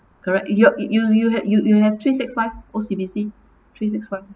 correct ya you you you you you will have three six five O_C_B_C three six five